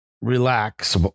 Relax